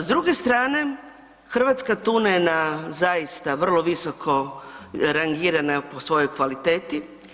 S druge strane, hrvatska tuna je na zaista vrlo visoko rangirana po svojoj kvaliteti.